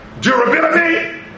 durability